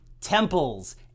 temples